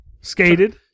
skated